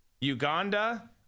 Uganda